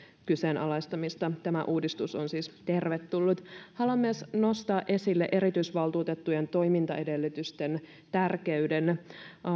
kyseenalaistamista tämä uudistus on siis tervetullut haluan myös nostaa esille erityisvaltuutettujen toimintaedellytysten tärkeyden